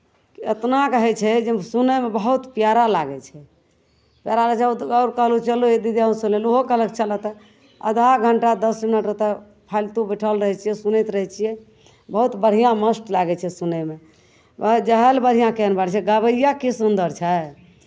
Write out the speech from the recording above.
एतना कहै छै जे सुनयमे बहुत प्यारा लागै छै प्यारा लागै छै प्यार लागै छै आओर कहलहुँ चलू एक दिन जे अहूँ चलू ओहो कहलक चलह तऽ आधा घण्टा दस मिनट ओतय फालतू बैठल रहै छियै सुनैत रहै छियै बहुत बढ़िआँ मस्त लागै छै सुनयमे वहाँ झालि बढ़िआँ केहन बाजै छै गबैआ की सुन्दर छै